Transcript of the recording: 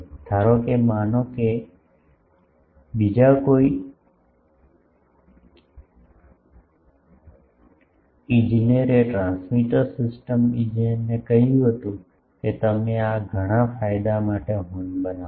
ધારો કે માનો કે બીજા કોઈ ઇજનેરએ ટ્રાન્સમીટર સિસ્ટમ ઇજનેરને કહ્યું કે તમે આ ઘણા ફાયદા માટે હોર્ન બનાવશો